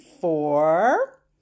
four